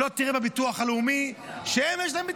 לא תראה בביטוח הלאומי שיש להם מתנדבים.